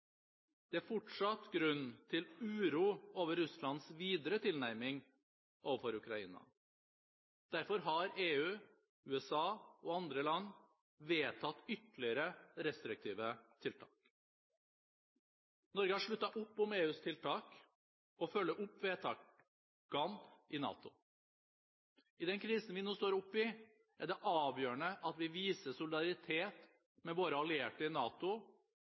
Det er fortsatt grunn til uro over Russlands videre tilnærming overfor Ukraina. Derfor har EU, USA og andre land vedtatt ytterligere restriktive tiltak. Norge har sluttet opp om EUs tiltak og følger opp vedtakene i NATO. I den krisen vi nå står oppe i, er det avgjørende at vi viser solidaritet med våre allierte i NATO